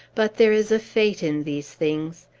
but there is a fate in these things.